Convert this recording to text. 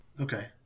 Okay